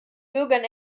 bürgern